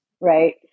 right